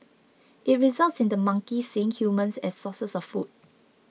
it results in the monkeys seeing humans as sources of food